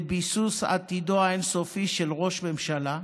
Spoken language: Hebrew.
לביסוס עתידו האין-סופי של ראש ממשלה.